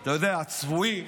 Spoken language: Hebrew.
אתה יודע, הצבועים,